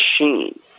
machine